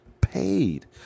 Paid